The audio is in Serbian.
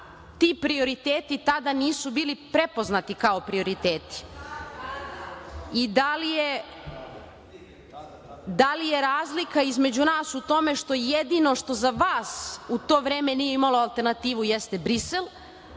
ti prioriteti tada nisu bili prepoznati kao prioriteti i da li je razlika između nas u tome što jedino što za vas u to vreme nije imalo alternativu jeste Brisel,